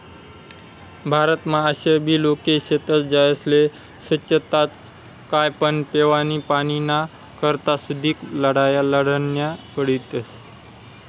भारतमा आशाबी लोके शेतस ज्यास्ले सोच्छताच काय पण पेवानी पाणीना करता सुदीक लढाया लढन्या पडतीस